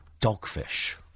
Dogfish